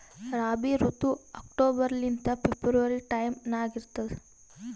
ರಾಬಿ ಋತು ಅಕ್ಟೋಬರ್ ಲಿಂದ February time ನಾಗ ಇರ್ತದ